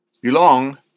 belong